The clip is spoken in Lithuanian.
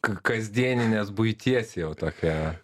k kasdieninės buities jau tokia